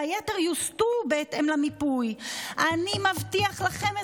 והיתר יוסטו בהתאם למיפוי"; "אני מבטיח לכם,